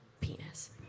penis